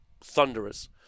Thunderers